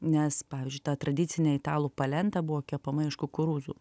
nes pavyzdžiui ta tradicinė italų palenta buvo kepama iš kukurūzų